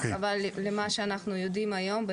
אבל ממה שאנחנו יודעים היום,